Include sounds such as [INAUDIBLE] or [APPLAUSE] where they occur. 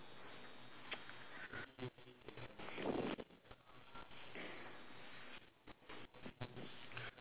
[NOISE]